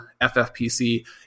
ffpc